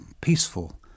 peaceful